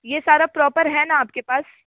ये सारा प्रॉपर है ना आपके पास